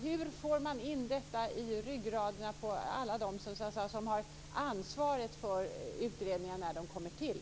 Hur får man in detta i ryggraden på alla dem som har ansvaret för de utredningar som kommer till?